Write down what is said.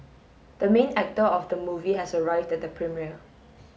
the main actor of the movie has arrived at the premiere